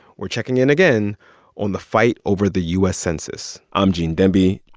we're checking in again on the fight over the u s. census. i'm gene demby.